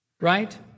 right